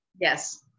Yes